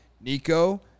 Nico